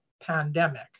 pandemic